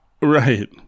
Right